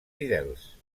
fidels